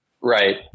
Right